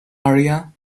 area